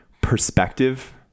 perspective